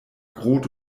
rote